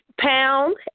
pound